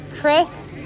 Chris